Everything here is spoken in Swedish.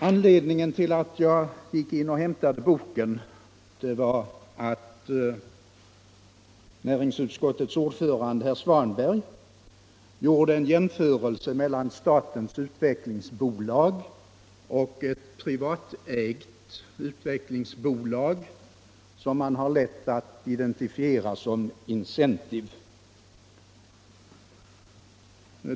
Anledningen till att jag gick ut och hämtade boken var att näringsutskottets ordförande herr Svanberg gjorde en jämförelse mellan statens utvecklingsbolag och ett privatägt utvecklingsbolag, som man har lätt att identifiera som Incentive.